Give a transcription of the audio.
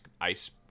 ice